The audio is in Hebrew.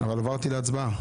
אבל עברתי להצבעה.